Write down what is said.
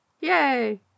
Yay